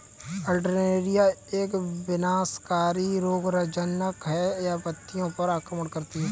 Alternaria एक विनाशकारी रोगज़नक़ है, यह पत्तियों पर आक्रमण करती है